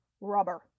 Rubber